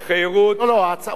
הוא אמר שהצעת החוק הממשלתית,